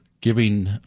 giving